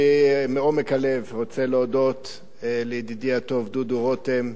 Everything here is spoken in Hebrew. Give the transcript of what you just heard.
אני מעומק הלב רוצה להודות לידידי הטוב דודו רותם.